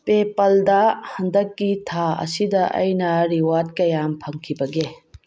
ꯄꯦꯄꯥꯜꯗ ꯍꯟꯗꯛꯀꯤ ꯊꯥ ꯑꯁꯤꯗ ꯑꯩꯅ ꯔꯤꯋꯥꯔꯠ ꯀꯌꯥꯝ ꯐꯪꯈꯤꯕꯒꯦ